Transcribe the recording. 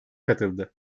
katıldı